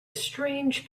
strange